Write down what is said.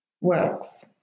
works